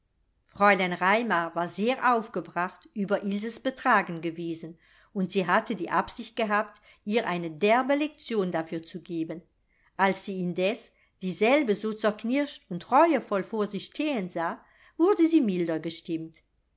fräulein raimar war sehr aufgebracht über ilses betragen gewesen und sie hatte die absicht gehabt ihr eine derbe lektion dafür zu geben als sie indes dieselbe so zerknirscht und reuevoll vor sich stehen sah wurde sie milder gestimmt